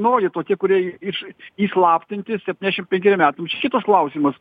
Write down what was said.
noji tokie kurie iš įslaptinti septyniasdešim penkeriem metams šitas klausimas